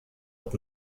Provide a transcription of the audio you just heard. und